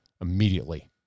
immediately